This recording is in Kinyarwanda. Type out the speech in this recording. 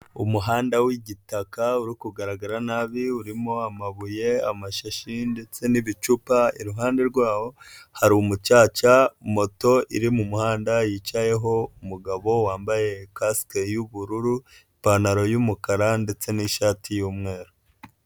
Umuhanda w'igitaka uri kugaragara nabi urimo amabuye, amashashyu ndetse n'ibicupa, iruhande rwawo hari umucaca, moto iri mu muhanda yicayeho umugabo wambaye kasike y'ubururu, ipantaro y'umukara ndetse n'ishati y'umweru.